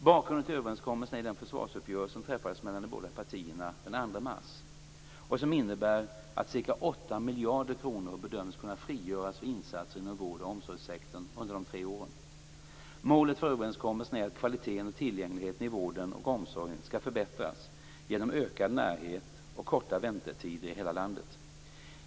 Bakgrunden till överenskommelsen är den försvarsuppgörelse som träffades mellan de båda partierna den 2 mars och som innebär att ca 8 miljarder kronor bedöms kunna frigöras för insatser inom vård och omsorgssektorn under de tre åren. Målet för överenskommelsen är att kvaliteten och tillgängligheten i vården och omsorgen skall förbättras genom ökad närhet och korta väntetider i hela landet.